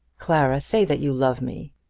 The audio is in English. clara, say that you love me.